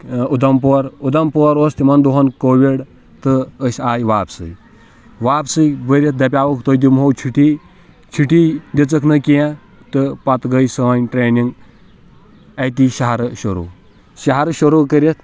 اُدَمپور اُدَمپور اوس تِمن دوٚہَن کووِڈ تہٕ أسۍ آے واپسٕے واپسٕے وٲتِتھ دَپیاوُکھ تۄہہِ دِمہوو چھُٹی چھُٹی دِژٕکھ نہٕ کیٚنٛہہ تہٕ پتہٕ گٔے سٲنۍ ٹرٛینِنٛگ اَتی شَہرٕ شُروع شَہرٕ شُروع کٔرِتھ